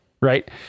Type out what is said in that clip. right